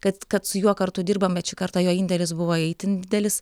kad kad su juo kartu dirbam bet šį kartą jo indėlis buvo itin didelis